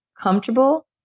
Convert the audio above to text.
comfortable